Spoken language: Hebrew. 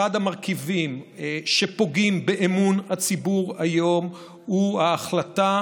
אחד המרכיבים שפוגעים באמון הציבור היום הוא ההחלטה